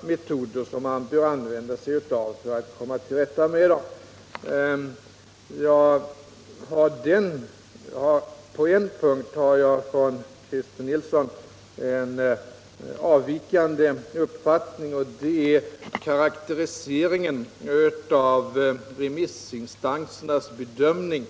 metoder som skall användas. På en punkt har jag en från Christer Nilsson avvikande uppfattning, och det gäller karakteriseringen av remissinstansernas bedömning.